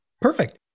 Perfect